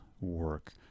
work